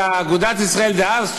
ואגודת ישראל דאז,